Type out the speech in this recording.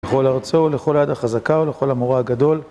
לכל ארצו, לכל היד החזקה ולכל המורא הגדול